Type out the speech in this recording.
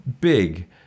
big